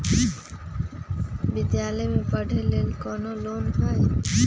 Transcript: विद्यालय में पढ़े लेल कौनो लोन हई?